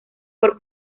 por